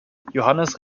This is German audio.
johannes